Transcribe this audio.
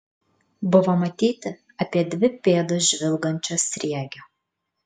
buvo matyti apie dvi pėdos žvilgančio sriegio